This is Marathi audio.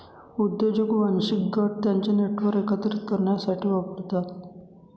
उद्योजक वांशिक गट त्यांचे नेटवर्क एकत्रित करण्यासाठी वापरतात